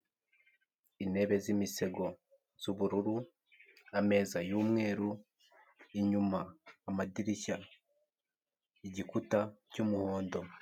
Intebe z'imisego z'ubururu, ameza y'umweru, inyuma amadirishya, igikuta cy'umuhondo.